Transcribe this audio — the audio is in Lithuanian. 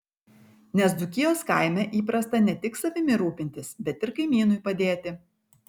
nes dzūkijos kaime įprasta ne tik savimi rūpintis bet ir kaimynui padėti